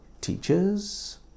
teachers